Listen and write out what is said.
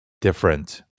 different